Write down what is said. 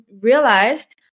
realized